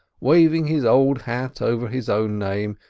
waving his old hat over his own name,